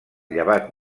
llevat